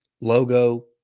logo